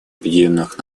объединенных